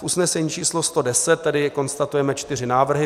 V usnesení č. 110 konstatujeme čtyři návrhy.